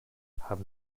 haben